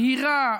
מהירה,